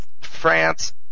France